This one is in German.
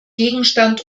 gegenstand